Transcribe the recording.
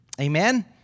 Amen